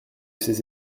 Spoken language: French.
ces